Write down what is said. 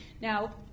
Now